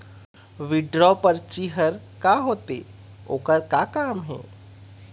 Withdraw परची हर का होते, ओकर का काम हे?